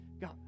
God